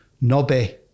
Nobby